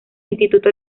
instituto